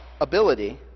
ability